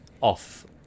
Off